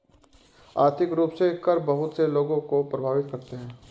आर्थिक रूप से कर बहुत से लोगों को प्राभावित करते हैं